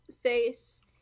face